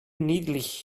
niedlich